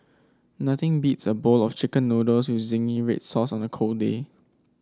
nothing beats a bowl of chicken noodles with zingy red sauce on a cold day